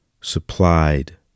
supplied